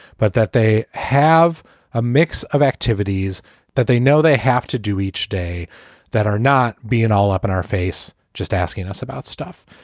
but that they have a mix of activities that they know they have to do each day that are not being all up in our face, just asking us about stuff.